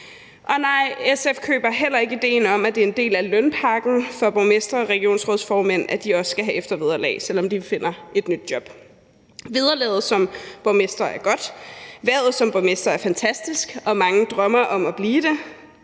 SF køber heller ikke idéen om, at det er en del af lønpakken for borgmestre og regionsrådsformænd, at de også skal have eftervederlag, selv om de finder et nyt job. Vederlaget som borgmester er godt, hvervet som borgmester er fantastisk, og mange drømmer om at blive det.